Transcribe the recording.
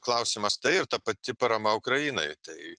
klausimas tai ir ta pati parama ukrainai tai